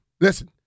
listen